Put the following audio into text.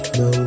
no